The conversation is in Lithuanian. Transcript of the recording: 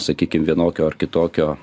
sakykim vienokio ar kitokio